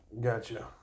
Gotcha